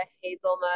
hazelnut